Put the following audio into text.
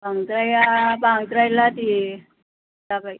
बांद्राया बांद्रायला दे जाबाय